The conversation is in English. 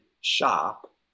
shop